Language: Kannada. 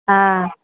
ಹಾಂ